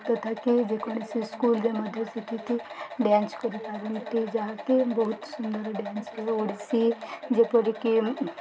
ତଥାକି ଯେକୌଣସି ସ୍କୁଲ୍ରେ ମଧ୍ୟ ଶିଖିକି ଡ୍ୟାନ୍ସ କରିପାରନ୍ତି ଯାହାକି ବହୁତ ସୁନ୍ଦର ଡ୍ୟାନ୍ସ ଓଡ଼ିଶୀ ଯେପରିକି